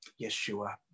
Yeshua